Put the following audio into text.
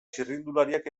txirrindulariak